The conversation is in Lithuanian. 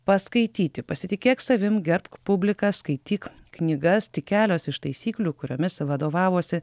paskaityti pasitikėk savim gerbk publiką skaityk knygas tik kelios iš taisyklių kuriomis vadovavosi